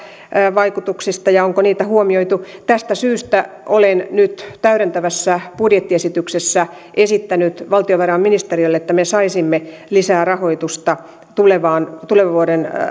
vaikutuksista ja siitä onko niitä huomioitu tästä syystä olen nyt täydentävässä budjettiesityksessä esittänyt valtiovarainministeriölle että me saisimme lisää rahoitusta tulevan tulevan vuoden